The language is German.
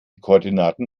koordinaten